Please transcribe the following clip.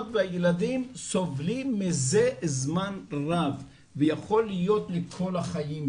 והילדות סובלים מזה לזמן רב ויכול להיות לכל החיים שלהם.